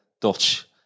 Dutch